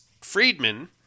Friedman